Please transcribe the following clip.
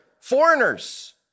foreigners